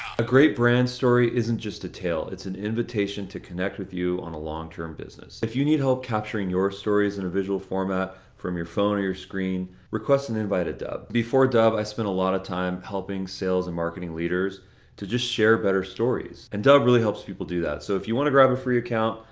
a great brand story isn't just a tale, it's an invitation to connect with you on a long term business. if you need help capturing your stories in a visual format from your phone or your screen, request an invite at dubb. before dubb, i spent a lot of time helping sales and marketing leaders to just share better stories. and dubb really helps people do that. so if you want to grab a free account,